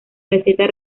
receta